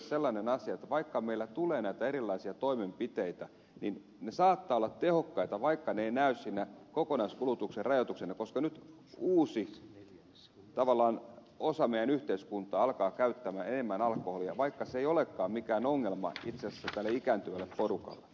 meidän kannattaa huomioida sellainen asia että vaikka meillä tulee näitä erilaisia toimenpiteitä niin ne saattavat olla tehokkaita vaikka ne eivät näy siinä kokonaiskulutuksen rajoituksena koska nyt tavallaan uusi osa meidän yhteiskuntaamme alkaa käyttää enemmän alkoholia vaikka se ei olekaan mikään ongelma itse asiassa tälle ikääntyvälle porukalle